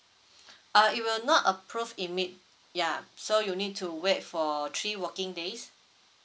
uh it will not approve imme~ yeah so you need to wait for three working days